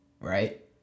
right